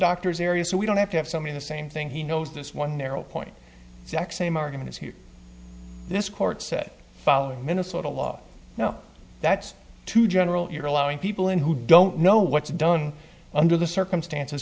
doctor's area so we don't have to have something the same thing he knows this one narrow point zach same argument is here this court said follow minnesota law no that's too general you're allowing people in who don't know what's done under the circumstances